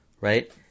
right